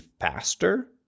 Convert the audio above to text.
faster